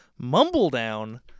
Mumbledown